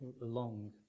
long